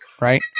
right